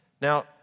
Now